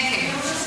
כן, כן.